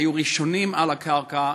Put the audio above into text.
היו ראשונים על הקרקע,